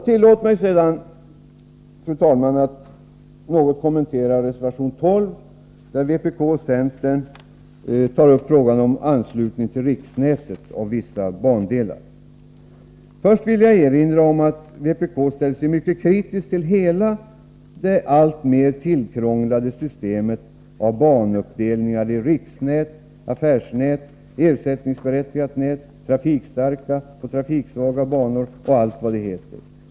Tillåt mig sedan, fru talman, att något kommentera reservation 12, där vpk och centern tar upp frågan om anslutning till riksnätet av vissa bandelar. Först vill jag erinra om att vpk ställer sig mycket kritiskt till hela den alltmer tillkrånglade banuppdelningen i riksnät, affärsnät, ersättningsberättigat nät, trafikstarka banor, trafiksvaga banor osv.